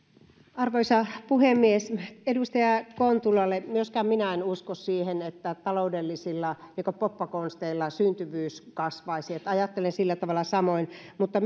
arvoisa puhemies edustaja kontulalle myöskään minä en usko siihen että taloudellisilla poppakonsteilla syntyvyys kasvaisi eli ajattelen sillä tavalla samoin mutta